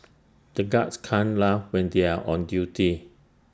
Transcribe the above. the guards can't laugh when they are on duty